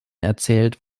erzählt